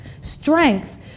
strength